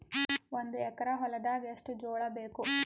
ಒಂದು ಎಕರ ಹೊಲದಾಗ ಎಷ್ಟು ಜೋಳಾಬೇಕು?